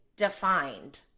Defined